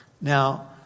Now